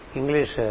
English